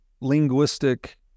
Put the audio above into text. linguistic